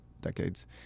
decades